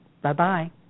Bye-bye